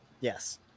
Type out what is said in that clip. yes